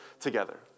together